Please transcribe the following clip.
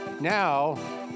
Now